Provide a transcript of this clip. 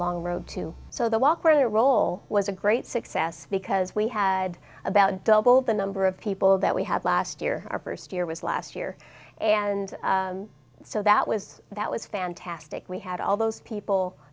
long road to so they walk where their role was a great success because we had about double the number of people that we had last year our first year was last year and so that was that was fantastic we had all those people